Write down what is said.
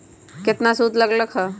केतना सूद लग लक ह?